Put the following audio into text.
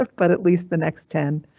ah but at least the next ten.